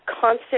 constant